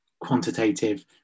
quantitative